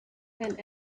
and